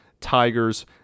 Tigers